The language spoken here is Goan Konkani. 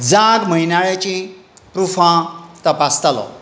जाग म्हयनाळ्याचीं प्रुफां तपासतालो